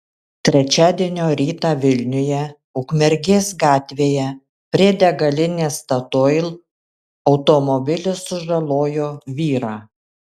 trečiadienio rytą vilniuje ukmergės gatvėje prie degalinės statoil automobilis sužalojo vyrą